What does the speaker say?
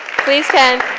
please stand.